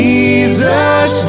Jesus